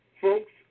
folks